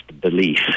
belief